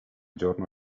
giorno